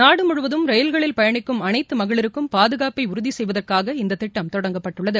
நாடு முழுவதும் ரயில்களில் பயணிக்கும் அனைத்து மகளிருக்கும் பாதுகாப்பை உறுதி செய்வதற்காக இந்தத்திட்டம் தொடங்கப்பட்டுள்ளது